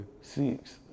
Six